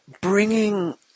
bringing